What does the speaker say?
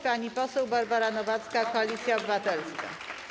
Pani poseł Barbara Nowacka, Koalicja Obywatelska.